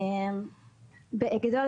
בגדול,